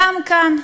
גם כאן,